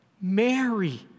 Mary